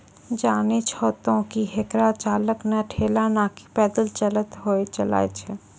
जानै छो तोहं कि हेकरा चालक नॅ ठेला नाकी पैदल चलतॅ हुअ चलाय छै